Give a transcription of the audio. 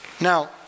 Now